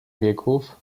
wieków